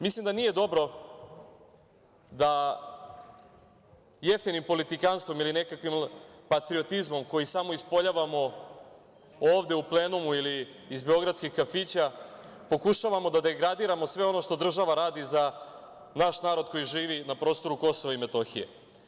Mislim da nije dobro da jeftinim politikanstvom ili nekakvim patriotizmom koji samo ispoljavamo ovde u plenumu, ili iz beogradskih kafića, pokušavamo da degradiramo sve ono što država radi za naš narod koji živi na prostoru Kosova i Metohije.